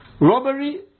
Robbery